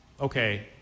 okay